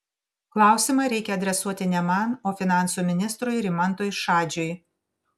klausimą reikia adresuoti ne man o finansų ministrui rimantui šadžiui